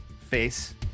face